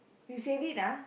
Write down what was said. you said it ah